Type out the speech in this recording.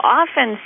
often